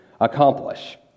accomplish